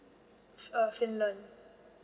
uh finland